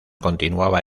continuaba